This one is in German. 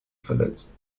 verletzt